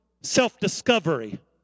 self-discovery